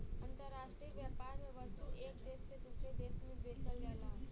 अंतराष्ट्रीय व्यापार में वस्तु एक देश से दूसरे देश में बेचल जाला